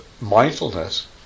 mindfulness